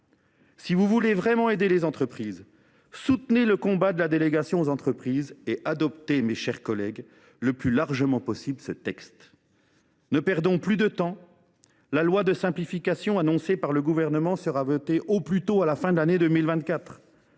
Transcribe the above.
si vous voulez réellement aider les entreprises, soutenez le combat de la délégation aux entreprises et adoptez ce texte le plus largement possible. Ne perdons plus de temps. La loi de simplification annoncée par le Gouvernement sera votée au plus tôt à la fin de l’année 2024.